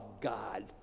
God